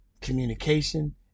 communication